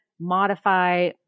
modify